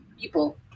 people